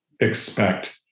Expect